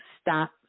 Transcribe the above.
Stop